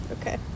Okay